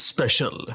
Special